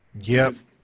Yes